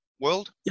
world